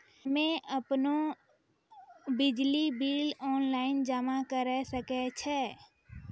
हम्मे आपनौ बिजली बिल ऑनलाइन जमा करै सकै छौ?